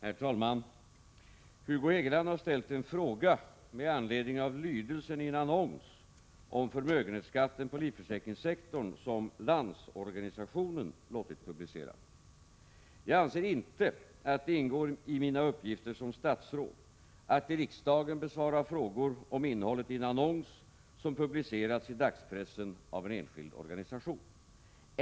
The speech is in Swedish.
Herr talman! Hugo Hegeland har ställt en fråga med anledning av lydelsen i en annons om förmögenhetsskatten på livförsäkringssektorn som Landsorganisationen låtit publicera. Jag anser inte att det ingår i mina uppgifter som statsråd att i riksdagen besvara frågor om innehållet i en annons som publicerats i dagspressen av en enskild organisation.